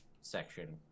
section